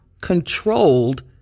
controlled